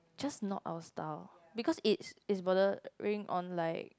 just not our style because it's it's bordering on like